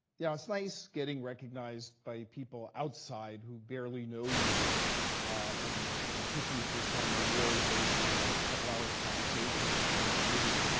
yeah it's nice getting recognized by people outside, who barely know you and and pick you for some award based on a couple of hours conversation in some committee.